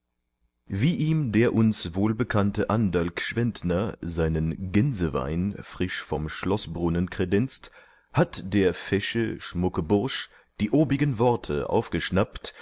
wie ihm der uns wohlbekannte anderl gschwendtner seinen gänsewein frisch vom schloßbrunnen kredenzt hat der fesche schmucke bursch die obigen worte aufgeschnappt